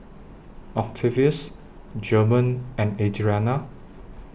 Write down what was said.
Octavius German and Adrianna